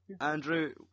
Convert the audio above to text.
Andrew